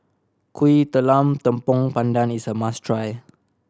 Kuih Talam Tepong Pandan is a must try